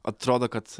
atrodo kad